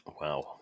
Wow